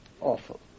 awful